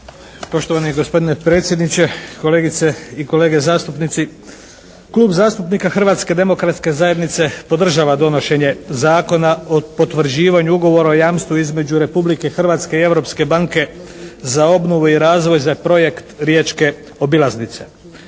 Poštovani gospodine predsjedniče, kolegice i kolege zastupnici! Klub zastupnika Hrvatske demokratske zajednice podržava donošenje Zakona o potvrđivanju ugovora o jamstvu između Republike Hrvatske i Europske banke za obnovu i razvoj za Projekt Riječke obilaznice.